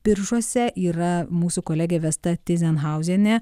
biržuose yra mūsų kolegė vesta tyzenhauzienė